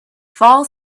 fall